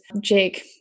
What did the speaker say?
Jake